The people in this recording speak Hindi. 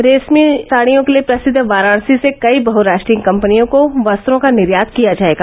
रेस्मी साड़ियों के लिए प्रसिद्व वाराणसी से कई बहराष्ट्रीय कंपनियों को वस्त्रों का निर्यात किया जाएगा